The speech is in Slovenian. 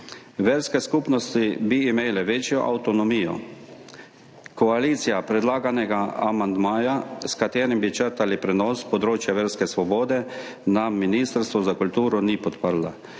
Verske skupnosti bi imele večjo avtonomijo. Koalicija predlaganega amandmaja, s katerim bi črtali prenos področja verske svobode na Ministrstvo za kulturo, ni podprla.